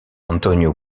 antonio